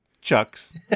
Chuck's